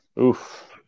Oof